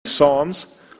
Psalms